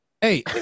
Hey